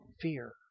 fear